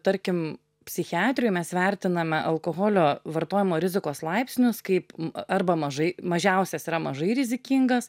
tarkim psichiatrijoj mes vertiname alkoholio vartojimo rizikos laipsnius kaip arba mažai mažiausias yra mažai rizikingas